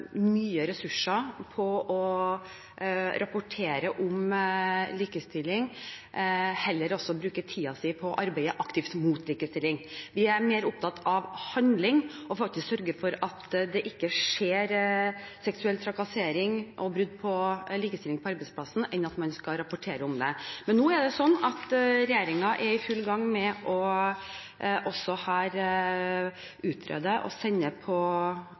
mye ressurser på å rapportere om likestilling, heller bruker tiden sin på å arbeide aktivt for likestilling. Vi er mer opptatt av handling, å sørge for at det faktisk ikke skjer seksuell trakassering og brudd på likestilling på arbeidsplassen, enn at man skal rapportere om det. Men nå er regjeringen i full gang med å utrede – og sende på